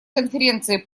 конференции